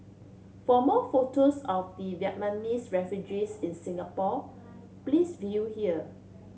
for more photos of the Vietnamese refugees in Singapore please view here